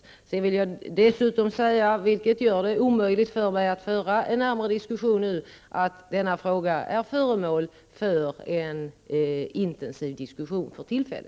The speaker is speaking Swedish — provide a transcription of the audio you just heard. Dessutom vill jag säga, även om det är omöjligt för mig att nu föra en närmare diskussion om det, att denna fråga är föremål för en intensiv diskussion för närvarande.